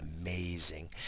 amazing